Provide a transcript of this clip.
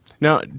Now